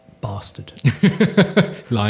bastard